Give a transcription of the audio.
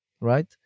right